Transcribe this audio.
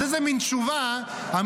אז איזו מין תשובה זו,